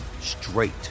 straight